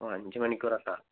ഓ അഞ്ചുമണിക്കൂറൊക്കെ